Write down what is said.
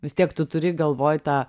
vis tiek tu turi galvoj tą